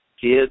kids